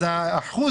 אז האחוז,